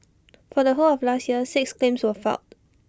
for the whole of last year six claims were filed